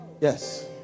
Yes